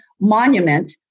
monument